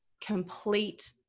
complete